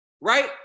right